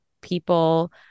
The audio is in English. people